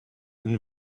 and